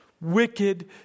wicked